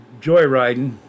joyriding